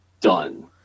done